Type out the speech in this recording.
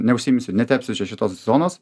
neužsiimsiu netepsiu čia šitos zonos